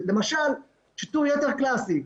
למשל שיטור יתר קלאסי,